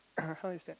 how is that